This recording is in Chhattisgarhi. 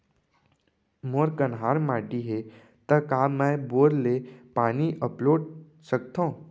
मोर कन्हार माटी हे, त का मैं बोर ले पानी अपलोड सकथव?